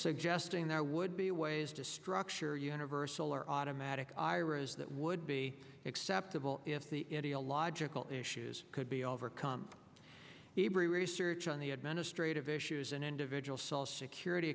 suggesting there would be ways to structure universal or automatic iras that would be acceptable if the it illogical issues could be overcome hebrew research on the administrative issues an individual cell security